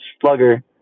slugger